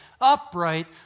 upright